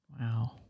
Wow